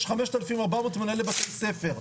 יש 5,400 מנהלי בתי-ספר.